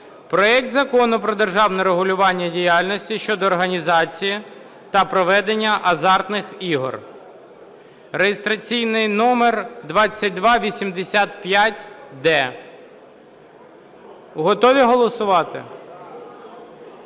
проект Закону про державне регулювання діяльності щодо організації та проведення азартних ігор (реєстраційний номер 2285-д). Готові голосувати?